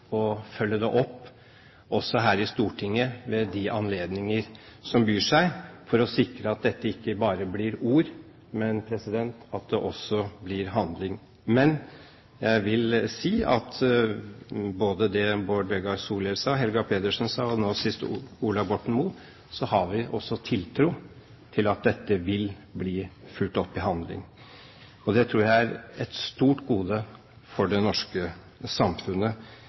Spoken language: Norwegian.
å følge det opp her i Stortinget ved de anledninger som byr seg, for å sikre at dette ikke bare blir ord, men at det også blir handling. Jeg vil si at med det Bård Vegar Solhjell, Helga Pedersen og nå sist Ola Borten Moe sa, har vi tiltro til at dette vil bli fulgt opp i handling. Det tror jeg er et stort gode for det norske samfunnet,